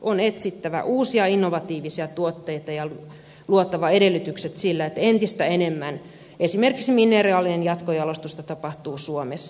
on etsittävä uusia innovatiivisia tuotteita ja luotava edellytykset sille että entistä enemmän esimerkiksi mineraalien jatkojalostusta tapahtuu suomessa